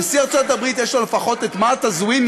למה לך את זה?